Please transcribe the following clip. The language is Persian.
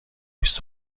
بیست